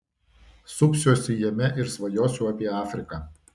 supsiuosi jame ir svajosiu apie afriką